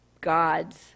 God's